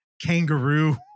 kangaroo